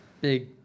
Big